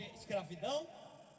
escravidão